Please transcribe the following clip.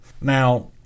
Now